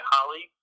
Holly